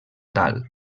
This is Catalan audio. tal